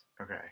Okay